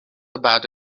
about